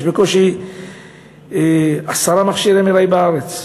יש בקושי עשרה מכשירי MRI בארץ,